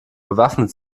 bewaffnet